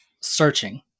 searching